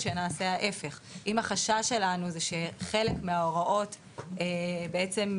זה שנעשה ההפך: אם החשש שלנו זה שחלק מההוראות ייפלו